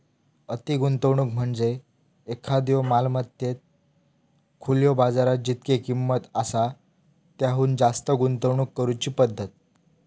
अति गुंतवणूक म्हणजे एखाद्यो मालमत्तेत खुल्यो बाजारात जितकी किंमत आसा त्याहुन जास्त गुंतवणूक करुची पद्धत